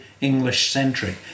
English-centric